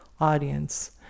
audience